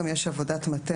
גם יש עבודת מטה,